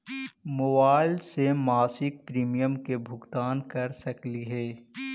Mobile से मासिक premium के भुगतान कर सकली हे?